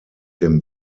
dem